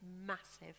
massive